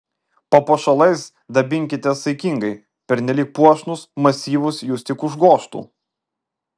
papuošalais dabinkitės saikingai pernelyg puošnūs masyvūs jus tik užgožtų